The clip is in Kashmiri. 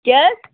کیٛاہ حظ